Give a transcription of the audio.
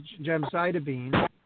gemcitabine